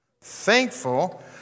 thankful